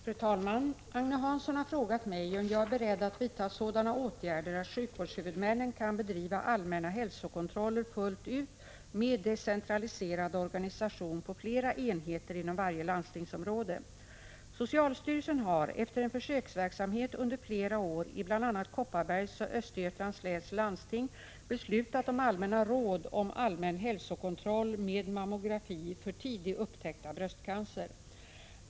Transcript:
Fru talman! Agne Hansson har frågat mig om jag är beredd att vidta sådana åtgärder att sjukvårdshuvudmännen kan bedriva allmänna hälsokontroller fullt ut med decentraliserad organisation på flera enheter inom varje landstingsområde. Socialstyrelsen har — efter en försöksverksamhet under flera år i bl.a. Kopparbergs och Östergötlands läns landsting — beslutat om allmänna råd om allmän hälsokontroll med mammografi för tidig upptäckt av bröstcancer.